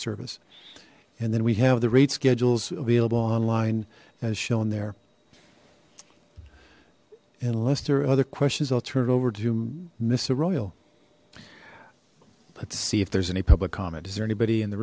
service and then we have the rate schedules available online as shown there unless there are other questions i'll turn it over to miss a royal let's see if there's any public comment is there anybody in the